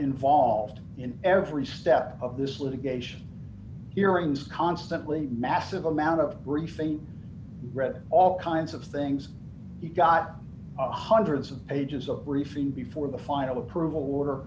involved in every step of this litigation hearings constantly massive amount of briefing read all kinds of things he got hundreds of pages of briefing before the final approval